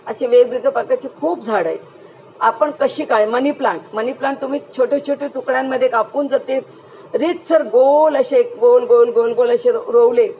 असे वेगवेगळ्या प्रकारची खूप झाडं आहे आपण कशी काय मनीप्लांट मनीप्लांट तुम्ही छोटे छोटे तुकड्यांमध्ये कापून जर ते रेथ सर गोल असे गोल गोल गोल गोल अशे रोवले